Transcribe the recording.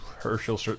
Herschel